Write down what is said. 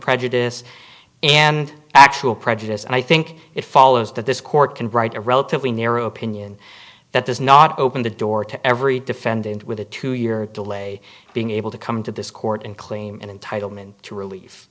prejudice and actual prejudice and i think it follows that this court can write a relatively narrow opinion that does not open the door to every defendant with a two year delay being able to come to this court and claim and entitlement to relief